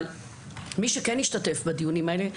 אבל מי שכן השתתף בדיונים האלה,